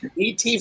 ET